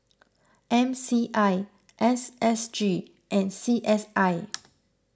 M C I S S G and C S I